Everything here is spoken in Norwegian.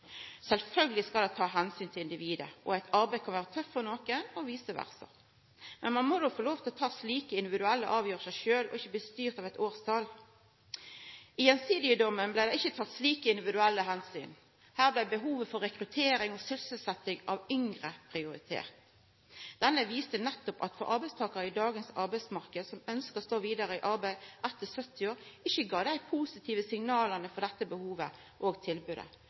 skal ein ta omsyn til individet, eit arbeid kan vera tøft for ein og ikkje for ein annan. Ein må få lov til å ta slike individuelle avgjersler sjølv – ikkje bli styrt av eit årstal. I Gjensidige-dommen blei det ikkje teke slike individuelle omsyn. Her blei behovet for rekruttering og sysselsetjing av yngre prioritert. Dommen gav for arbeidstakarar i dagens arbeidsmarknad – dei som ønskjer å stå vidare i arbeid etter dei er 70 år – ikkje dei positive signala for dette behovet og tilbodet,